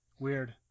weird